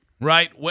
right